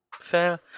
Fair